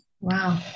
Wow